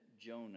Jonah